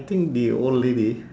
I think the old lady